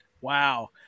Wow